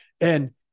and-